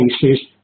cases